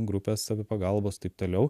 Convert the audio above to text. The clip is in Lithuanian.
grupės savipagalbos taip toliau